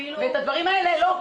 אבל את הדברים האלה לא,